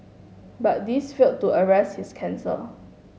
but these failed to arrest his cancer